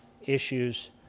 issues